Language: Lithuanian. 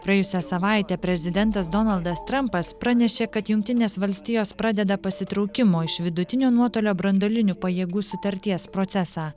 praėjusią savaitę prezidentas donaldas trampas pranešė kad jungtinės valstijos pradeda pasitraukimo iš vidutinio nuotolio branduolinių pajėgų sutarties procesą